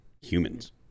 humans